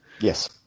yes